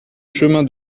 chemin